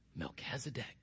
Melchizedek